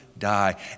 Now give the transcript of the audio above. Die